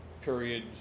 period